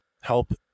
help